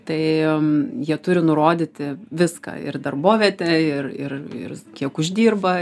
tai jie turi nurodyti viską ir darbovietę ir ir ir kiek uždirba